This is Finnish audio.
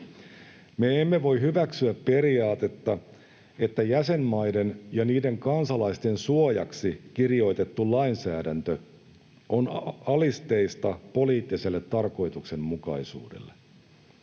Me emme voi hyväksyä periaatetta, että jäsenmaiden ja niiden kansalaisten suojaksi kirjoitettu lainsäädäntö on alisteista poliittiselle tarkoituksenmukaisuudelle.